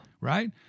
Right